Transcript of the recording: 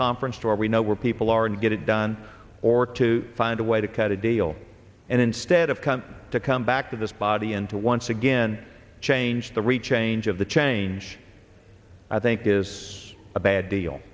conference or we know where people are and get it done or to find a way to cut a deal and instead of come to come back to this body and to once again change the rechange of the change i think is a bad deal